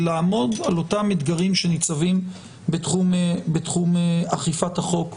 ולעמוד על אותם אתגרים שניצבים בתחום אכיפת החוק,